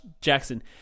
Jackson